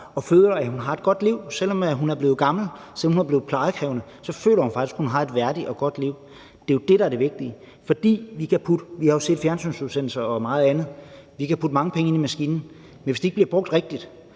og føler, at hun har et godt liv. Selv om hun er blevet gammel, og selv om hun er blevet plejekrævende, så føler hun faktisk, at hun har et værdigt og godt liv. Det er jo det, der er det vigtige. For vi har set fjernsynsudsendelser og meget andet. Vi kan putte mange penge ind i maskinen, men hvis ikke de bliver ikke brugt rigtigt,